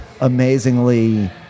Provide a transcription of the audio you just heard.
amazingly